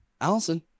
Allison